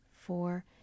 four